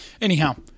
Anyhow